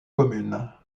communes